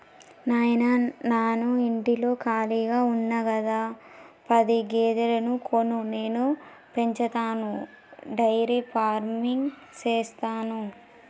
నాయిన నాను ఇంటిలో కాళిగా ఉన్న గదా పది గేదెలను కొను నేను పెంచతాను డైరీ ఫార్మింగ్ సేస్తాను